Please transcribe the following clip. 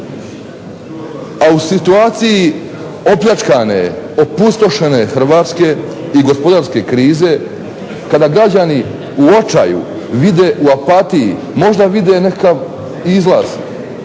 a u situaciji opljačkane, opustošene Hrvatske i gospodarske krize, kada građani u očaju vide u apatiji možda vide nekakav izlaz